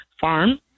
farm